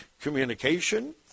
communication